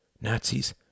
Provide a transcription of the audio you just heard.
Nazis